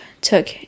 took